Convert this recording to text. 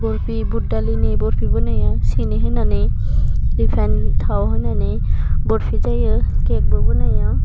बरपि बुड दालिनि बरपि बनायो सिनि होनानै रिफाइन थाव होनानै बरपि जायो केकबो बनायो